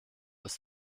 ist